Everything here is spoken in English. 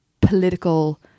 political